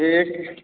ठीक